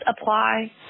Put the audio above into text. apply